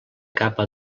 capa